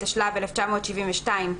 התשל"ב 1972 ,